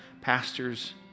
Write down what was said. pastors